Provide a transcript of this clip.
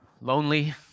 Lonely